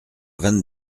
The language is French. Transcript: vingt